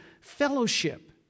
Fellowship